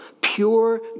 pure